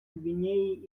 гвинеей